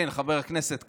כן, חבר הכנסת כץ?